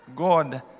God